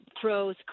throws